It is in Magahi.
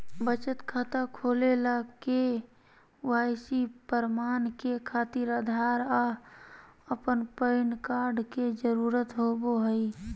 बचत खाता खोले ला के.वाइ.सी प्रमाण के खातिर आधार आ पैन कार्ड के जरुरत होबो हइ